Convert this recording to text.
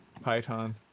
Python